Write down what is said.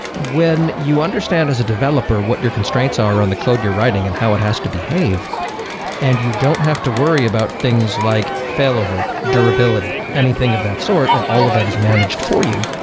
when you understand as a developer what your constraints are on the code you're writing and how it has to behave and you don't have to worry about things like failover, durability, anything of that sort and all that is managed for you,